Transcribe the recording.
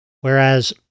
Whereas